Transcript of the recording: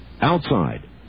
outside